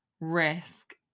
risk